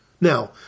Now